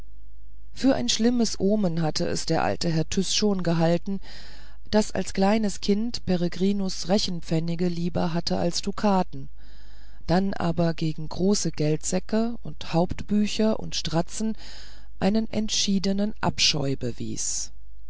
für ein schlimmes omen hatte es der alte herr tyß schon gehalten daß als kleines kind peregrinus rechenpfennige lieber hatte als dukaten dann aber gegen große geldsäcke und hauptbücher und strazzen einen entschiedenen abscheu bewies